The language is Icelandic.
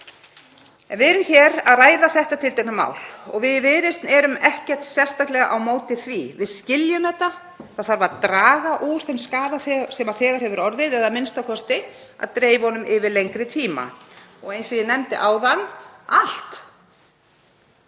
Við erum hér að ræða þetta tiltekna mál og við í Viðreisn erum ekkert sérstaklega á móti því. Við skiljum að það þurfi að draga úr þeim skaða sem þegar hefur orðið eða a.m.k. dreifa honum yfir lengri tíma. Eins og ég nefndi áðan þá er allt